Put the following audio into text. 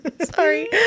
Sorry